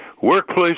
workplace